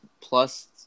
plus